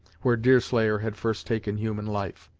where deerslayer had first taken human life.